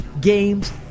games